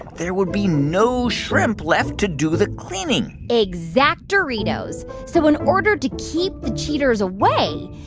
there would be no shrimp left to do the cleaning exact-oritos. so in order to keep the cheaters away,